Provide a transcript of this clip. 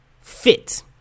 fit